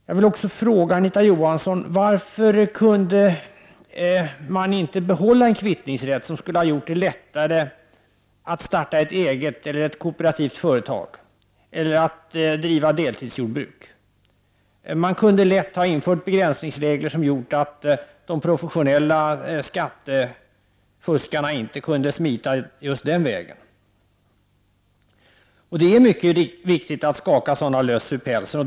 Jag vill också fråga Anita Johansson följande: Varför kunde inte en kvittningsrätt ha behållits, som skulle ha gjort det lättare för människor att starta ett eget företag eller ett kooperativt företag eller att driva deltidsjordbruk? Begränsningsregler, som hade inneburit att de professionella skattefuskarna inte skulle kunna smita just den vägen, kunde på ett enkelt sätt ha införts. Det är mycket viktigt att sådana löss skakas ur pälsen.